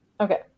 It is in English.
Okay